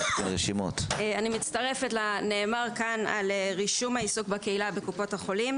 אני מצטרפת לנאמר כאן על רישום העיסוק בקהילה בקופות החולים